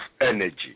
energy